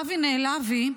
אבי נעלבי,